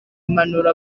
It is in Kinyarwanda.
impanuro